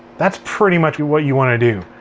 that's pretty much what you wanna do.